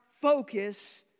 focus